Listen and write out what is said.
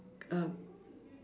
uh